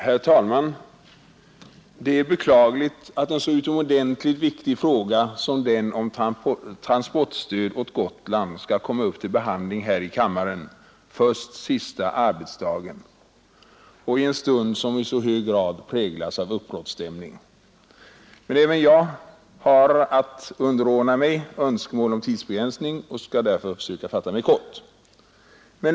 Herr talman! Det är beklagligt att en så utomordentligt viktig fråga som den om transportstöd åt Gotland skall komma upp till behandling här i kammaren först sista arbetsdagen och i en stund som i så hög grad präglas av uppbrottsstämning. Även jag har emellertid att underordna mig önskemålen om tidsbegränsning och skall därför söka fatta mig kort.